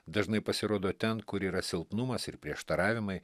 dažnai pasirodo ten kur yra silpnumas ir prieštaravimai